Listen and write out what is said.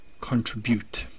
contribute